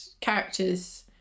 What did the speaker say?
characters